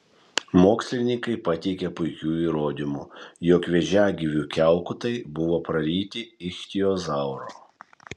mokslininkai pateikė puikių įrodymų jog vėžiagyvių kiaukutai buvo praryti ichtiozauro